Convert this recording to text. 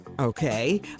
Okay